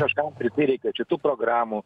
kažkam prisireikė šitų programų